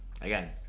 again